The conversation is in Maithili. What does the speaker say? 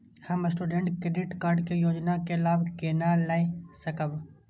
हम स्टूडेंट क्रेडिट कार्ड के योजना के लाभ केना लय सकब?